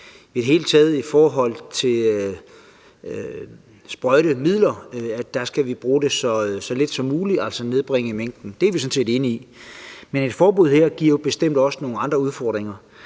i det hele taget i forhold til sprøjtemidler skal bruge dem så lidt som muligt, altså nedbringe mængden. Det er vi sådan set enige i. Men et forbud giver jo bestemt også nogle andre udfordringer.